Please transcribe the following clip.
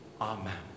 Amen